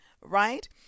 right